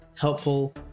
helpful